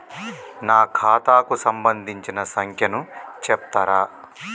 నా ఖాతా కు సంబంధించిన సంఖ్య ను చెప్తరా?